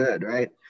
right